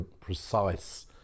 precise